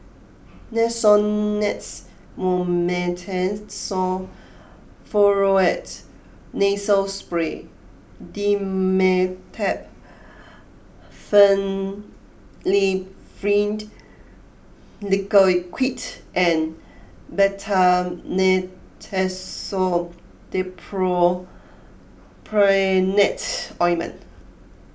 Nasonex Mometasone Furoate Nasal Spray Dimetapp Phenylephrine Liquid and Betamethasone Dipropionate Ointment